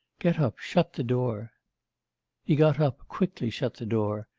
get up, shut the door he got up, quickly shut the door,